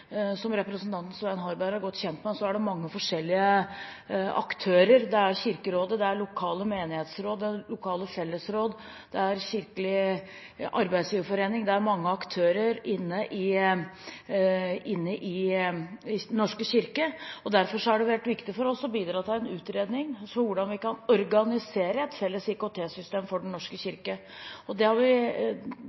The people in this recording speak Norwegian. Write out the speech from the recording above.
Som representanten Svein Harberg er godt kjent med, er det mange forskjellige aktører. Det er Kirkerådet, lokale menighetsråd, lokale fellesråd, Kirkelig arbeidsgiverforening – det er mange aktører inne i Den norske kirke. Derfor har det vært viktig for oss å bidra til en utredning om hvordan vi kan organisere et felles IKT-system for Den norske kirke. Det har vi